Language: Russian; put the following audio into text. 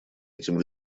этим